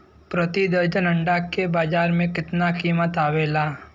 प्रति दर्जन अंडा के बाजार मे कितना कीमत आवेला?